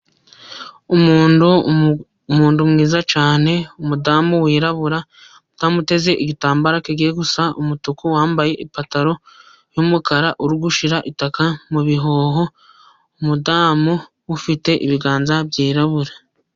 Umuntu mwiza cyane, umudamu wirabura, umudamu uteze igitambaro kigiye gusa umutuku, wambaye ipantaro yumukara, uri gushira itaka mu bihoho, umudamu ufite ibiganza byirabura.